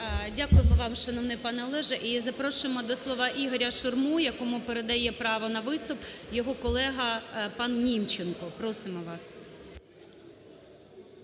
Дякуємо вам, шановний пане Одеже. І запрошуємо до слова Ігоря Шурму, якому передає право на виступ його колега пан Німченко. Просимо вас.